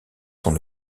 sont